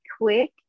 quick